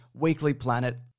weeklyplanet